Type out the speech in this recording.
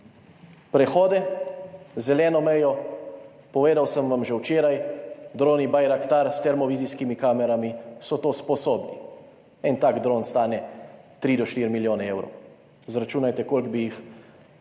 prehode, zeleno mejo. Povedal sem vam že včeraj droni / nerazumljivo/ s termovizijskimi kamerami, so to sposobni. En tak dron stane 3 do 4 milijone evrov. Izračunajte koliko bi jih potrebovali